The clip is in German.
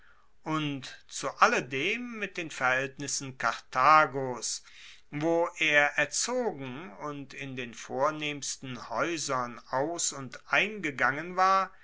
und zu alledem mit den verhaeltnissen karthagos wo er erzogen und in den vornehmsten haeusern aus und eingegangen war